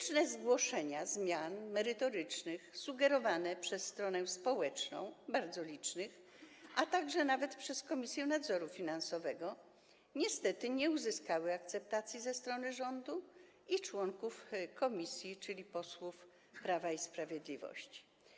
Zgłoszone liczne merytoryczne zmiany sugerowane przez stronę społeczną - bardzo liczne - a nawet także przez Komisję Nadzoru Finansowego niestety nie uzyskały akceptacji ze strony rządu i członków komisji, czyli posłów Prawa i Sprawiedliwości.